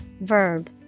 verb